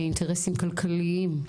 אינטרסים כלכליים.